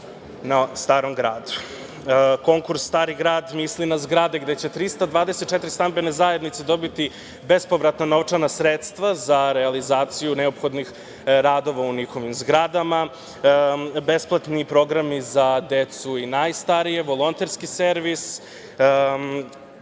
na Starom Gradu. Konkurs Stari Grad, misli na zgrade gde će 324 stambene zajednice dobiti bespovratna novčana sredstva za realizaciju neophodnih radova u njihovim zgradama, besplatni programi za decu i najstarije, volonterski servis,